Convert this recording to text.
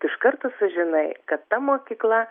iš karto sužinai kad ta mokykla